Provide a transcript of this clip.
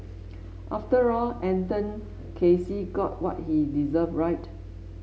after all Anton Casey got what he deserved right